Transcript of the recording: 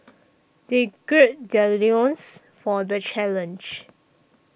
they gird their loins for the challenge